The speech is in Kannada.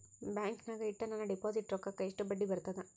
ಬ್ಯಾಂಕಿನಾಗ ಇಟ್ಟ ನನ್ನ ಡಿಪಾಸಿಟ್ ರೊಕ್ಕಕ್ಕ ಎಷ್ಟು ಬಡ್ಡಿ ಬರ್ತದ?